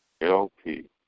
LP